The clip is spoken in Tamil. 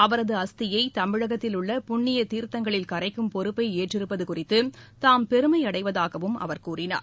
அவரது அஸ்தியை தமிழகத்தில் உள்ள புண்ணிய தீர்த்தங்களில் கரைக்கும் பொறுப்பை ஏற்றிருப்பது குறித்து தாம் பெருமையடைவதாகவும் அவர் கூறினார்